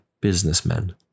businessmen